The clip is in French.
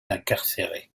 incarcéré